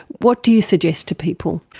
what do you suggest to people?